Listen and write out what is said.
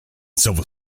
civil